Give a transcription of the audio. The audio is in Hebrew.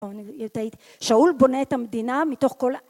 שאול בונה את המדינה מתוך כל...